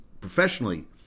professionally